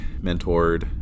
mentored